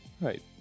Right